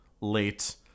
late